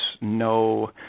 no